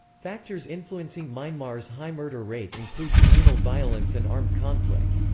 factors influencing myanmar's high murder rate include communal violence and armed conflict.